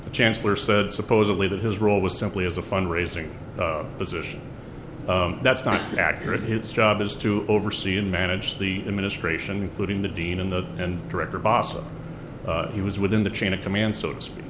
the chancellor said supposedly that his role was simply as a fund raising position that's not accurate his job is to oversee and manage the administration including the dean in the and director bossa he was within the chain of command so to speak